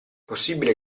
possibile